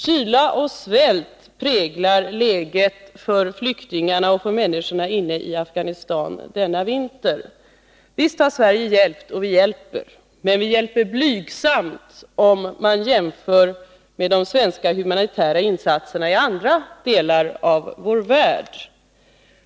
Kyla och svält präglar läget för flyktingarna och för människorna i Afghanistan denna vinter. Visst har Sverige hjälpt och hjälper, men vi hjälper blygsamt om man jämför med de svenska humanitära insatserna i andra delar av vår värld.